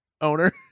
owner